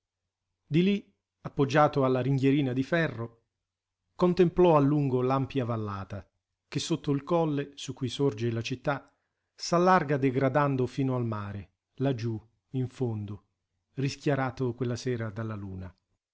di lì appoggiato alla ringhierina di ferro contemplò a lungo l'ampia vallata che sotto il colle su cui sorge la città s'allarga degradando fino al mare laggiù in fondo rischiarato quella sera dalla luna